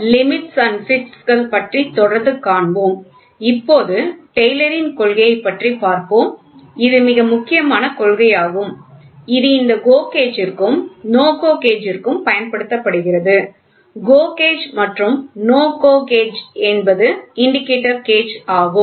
limits and fits கள் பற்றி தொடர்ந்து காண்போம் இப்போது டெய்லரின் கொள்கையைப் பற்றிப் பார்ப்போம் இது மிக முக்கியமான கொள்கையாகும் இது இந்த GO கேஜ் ற்கும் NO GO கேஜ் ற்கும் பயன்படுத்தப்படுகிறது GO கேஜ் மற்றும் NO GO கேஜ் என்பது இண்டிகேட்டர் கேஜ் ஆகும்